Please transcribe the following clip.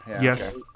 Yes